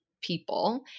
people